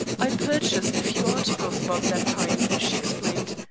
i purchased a few articles about that time, she explained,